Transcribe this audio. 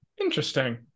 Interesting